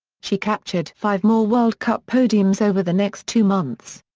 she captured five more world cup podiums over the next two months.